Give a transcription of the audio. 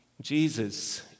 Jesus